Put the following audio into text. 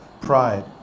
pride